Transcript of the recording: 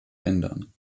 ändern